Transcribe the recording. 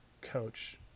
coach